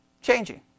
Changing